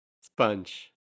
Sponge